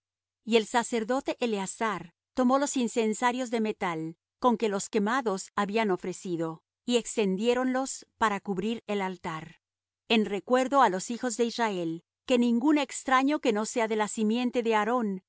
y el sacerdote eleazar tomó los incensarios de metal con que los quemados habían ofrecido y extendiéronlos para cubrir el altar en recuerdo á los hijos de israel que ningún extraño que no sea de la simiente de aarón